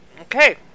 Okay